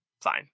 Fine